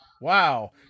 Wow